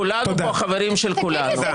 כולנו פה חברים של כולנו,